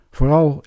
Vooral